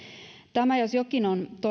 tämä jos jokin on